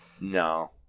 no